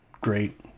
great